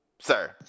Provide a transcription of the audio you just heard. Sir